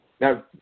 Now